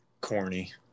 corny